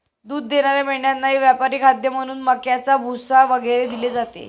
दूध देणाऱ्या मेंढ्यांनाही व्यापारी खाद्य म्हणून मक्याचा भुसा वगैरे दिले जाते